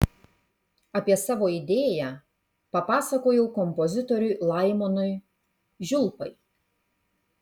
apie savo idėją papasakojau kompozitoriui laimonui žiulpai